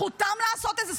זכותם לעשות את זה.